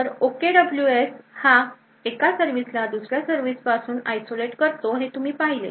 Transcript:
तर OKWS हा एका सर्विसला दुसऱ्या सर्विस पासून isolate करतो हे तुम्ही पाहिले